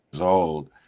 old